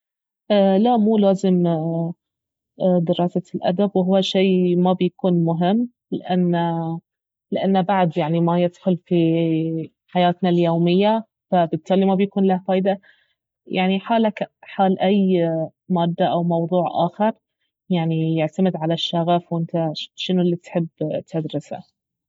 لا مو لازم دراسة الادب اهو شيء ما بيكون مهم لانه- لانه بعد يعني ما يدخل في حياتنا اليومية فبالتالي ما بيكون له فايدة يعني حاله كحال أي مادة او موضوع آخر يعني يعتمد على الشغف وانت شنو الي تحب تدرسه